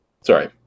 sorry